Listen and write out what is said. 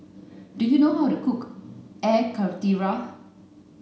do you know how to cook air karthira